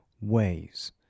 ways